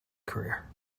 career